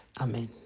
amen